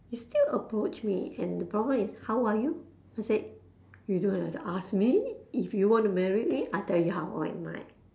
he still approach me and the problem is how are you I said you don't just ask me if you want to marry me I tell you how old am I